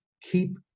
Keep